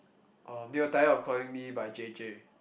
or they were tired of calling me by J_J